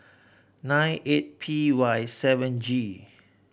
nine eight P Y seven G